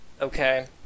okay